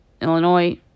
Illinois